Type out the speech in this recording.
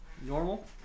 Normal